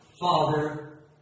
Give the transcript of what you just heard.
Father